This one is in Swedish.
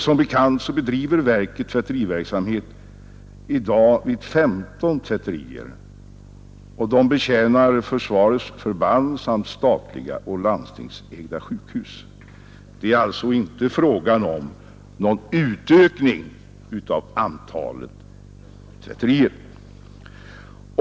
Som bekant bedriver fabriksverken i dag tvätteriverksamheten vid 15 tvätterier, och de betjänar försvarets förband samt statliga och landstingsägda sjukhus. Det är alltså inte fråga om någon ökning av antalet tvätterier.